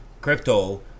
crypto